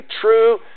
true